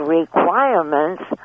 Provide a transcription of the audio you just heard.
requirements